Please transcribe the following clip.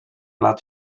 lat